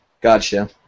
Gotcha